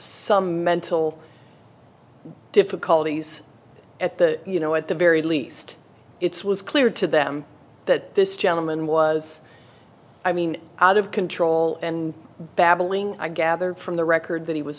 some mental difficulties at the you know at the very least it's was clear to them that this gentleman was i mean out of control and babbling i gathered from the record that he was